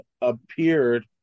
appeared